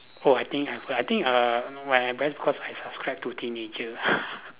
oh I think uh I think uh when I very I subscribe to teenager